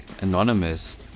anonymous